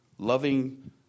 loving